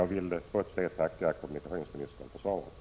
Jag vill trots det tacka kommunikationsministern för svaret.